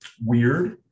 weird